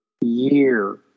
year